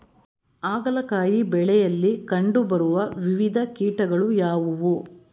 ಹಾಗಲಕಾಯಿ ಬೆಳೆಯಲ್ಲಿ ಕಂಡು ಬರುವ ವಿವಿಧ ಕೀಟಗಳು ಯಾವುವು?